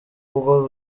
ubwo